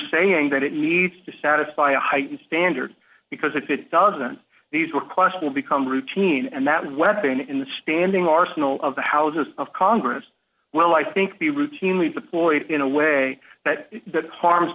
saying that it needs to satisfy a heightened standard because if it doesn't these were question will become routine and that weapon in the standing arsenal of the houses of congress well i think be routinely deployed in a way that that harms